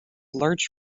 large